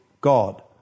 God